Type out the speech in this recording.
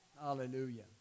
Hallelujah